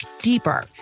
deeper